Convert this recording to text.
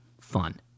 fun